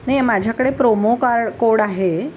नाही माझ्याकडे promo car code आहे